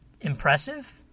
impressive